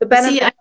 See